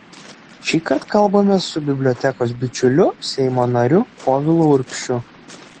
šįkart kalbamės su bibliotekos bičiuliu seimo nariu povilu urbšiu